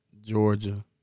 Georgia –